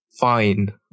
fine